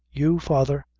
you, father,